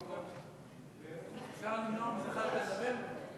אפשר למנוע מזחאלקה לדבר?